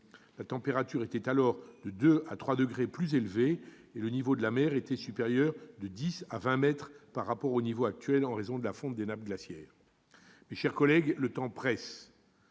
la température était de 2 à 3° C plus élevée et le niveau de la mer était supérieur de dix à vingt mètres par rapport au niveau actuel » en raison de la fonte des nappes glaciaires. Mes chers collègues, le temps presse.